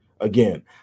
Again